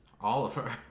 Oliver